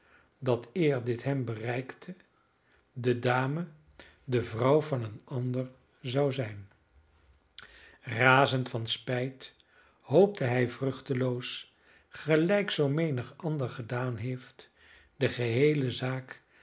dat eer dit hem bereikte de dame de vrouw van een ander zou zijn razend van spijt hoopte hij vruchteloos gelijk zoo menig ander gedaan heeft de geheele zaak